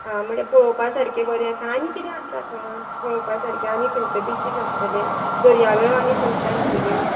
आं म्हणल्यार पळोवपा सारकें बरें आसा आनी कितें आसा थंय पळोवपा सारकें आनी खंयचे बिचीस आसतलें दर्यावेळो आनी खंयच्यो आसतल्यो